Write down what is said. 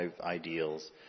ideals